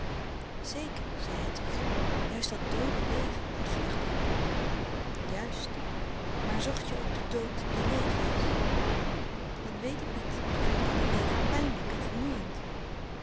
zeker zei hedwig juist dat doode leven ontvlucht ik juist maar zocht je ook den dood die leven is dat weet ik niet ik vond alle leven pijnlijk en vermoeiend